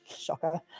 shocker